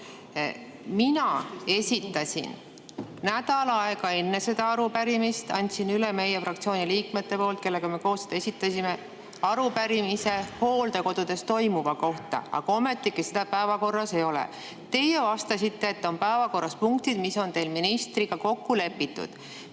Mina andsin nädal aega enne seda arupärimist meie fraktsiooni liikmete poolt, kellega koos ma selle esitasin, üle arupärimise hooldekodudes toimuva kohta, aga ometigi seda päevakorras ei ole. Teie vastasite, et päevakorras on punktid, mis on teil ministriga kokku lepitud.